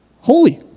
holy